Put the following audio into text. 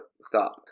stop